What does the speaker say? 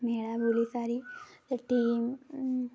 ମେଳା ବୁଲି ସାରି ସେ ଟିମ୍